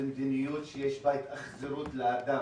זה מדיניות שיש בה התאכזרות לאדם.